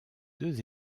deux